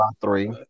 three